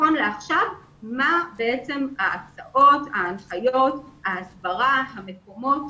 נכון לעכשיו מה ההנחיות, ההסברה, המקומות.